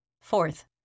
Fourth